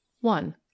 one